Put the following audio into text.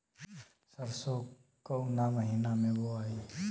सरसो काउना महीना मे बोआई?